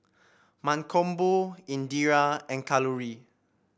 Mankombu Indira and Kalluri